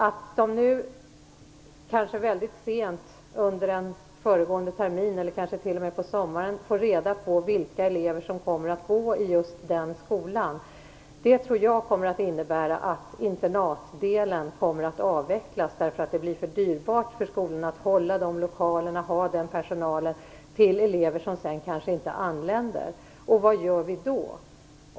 Att man nu väldigt sent, kanske under terminen innan eller kanske t.o.m. under sommaren, får reda på vilka elever som kommer till just den skolan, tror jag kommer att innebära att internatsdelen kommer att avvecklas, därför att det blir för dyrbart för dessa skolor att tillhandahålla lokaler och personal för elever som sedan kanske inte anländer. Vad gör vi då?